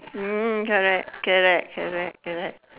hmm correct correct correct correct